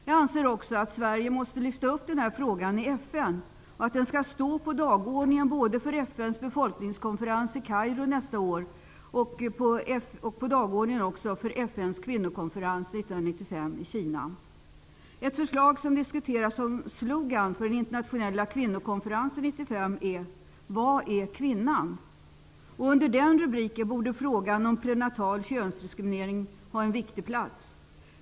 Jag anser också att Sverige måste ta upp denna fråga i FN och att den bör stå på dagordningen både på FN:s befolkningskonferens i Kairo nästa år och på FN:s kvinnokonferens i Kina 1995. Ett förslag till slogan som diskuteras för den internationella kvinnokonferensen 1995 är: Var är kvinnan? Under den rubriken borde frågan om prenatal könsdiskriminering ha en viktig plats.